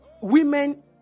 women